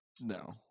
No